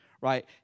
right